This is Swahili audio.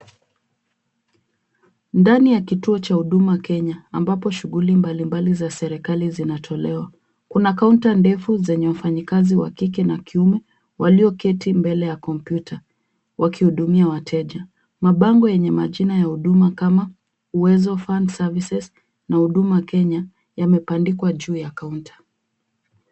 Ndani ya kituo cha Huduma Kenya ambapo shughuli mbali mbali za serikali zinatolewa, kuna kaunta ndefu zenye wafanyikazi wa kike na kiume walioketi mbele ya kompyuta wakihudumia wateja. Mabango yenye majina ya huduma kama Uwezo fund services na Huduma Kenya yamebandikwa juu ya kaunta.